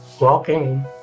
walking